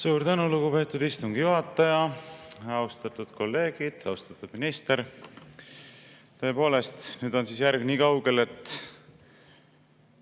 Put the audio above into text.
Suur tänu, lugupeetud istungi juhataja! Austatud kolleegid! Austatud minister! Tõepoolest, nüüd on järg nii kaugel, et